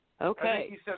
Okay